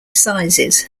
sizes